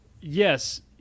Yes